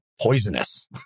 poisonous